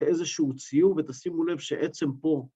‫איזשהו ציור ותשימו לב שעצם פה...